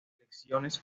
elecciones